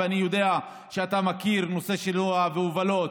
אני יודע שאתה מכיר את נושא השינוע וההובלות,